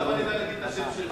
למה אני יודע להגיד את השם שלך?